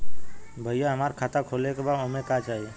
भईया हमार खाता खोले के बा ओमे का चाही?